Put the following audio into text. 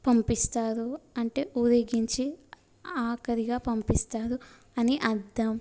పంపిస్తారు అంటే ఊరేగించి ఆఖరిగా పంపిస్తారు అని అర్థం